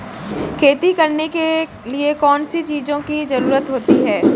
खेती करने के लिए कौनसी चीज़ों की ज़रूरत होती हैं?